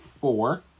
four